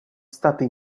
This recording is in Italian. stati